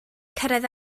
cyrraedd